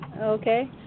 Okay